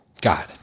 God